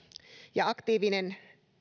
ja aktiivinen